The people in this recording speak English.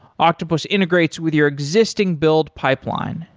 octopus integrates with your existing build pipeline,